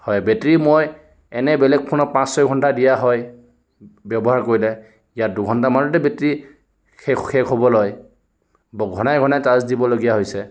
হয় বেটাৰী মই এনেই বেলেগ ফোনৰ পাঁচ ছয় ঘণ্টা দিয়া হয় ব্যৱহাৰ কৰিলে ইয়াত দুঘণ্টামানতে বেটাৰী শেষ শেষ হ'ব লয় ঘনাই ঘনাই চাৰ্জ দিবলগীয়া হৈছে